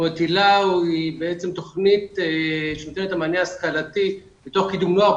היל"ה היא בעצם תוכנית שנותנת את המענה ההשכלתי בתוך קידום נוער,